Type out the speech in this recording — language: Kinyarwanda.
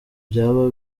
byaba